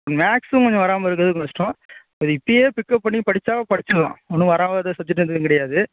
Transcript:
மேக்ஸும் கொஞ்சம் வராமல் இருக்கிறது கஷ்டம் அது இப்போயே பிக்கப் பண்ணி படிச்சால் படிச்சிடலாம் ஒன்றும் வராத சப்ஜெக்ட் எதுவும் கிடையாது